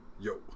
yo